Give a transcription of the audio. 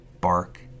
bark